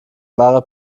wahre